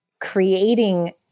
creating